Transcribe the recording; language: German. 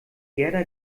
gerda